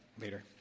later